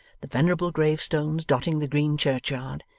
the venerable gravestones dotting the green churchyard,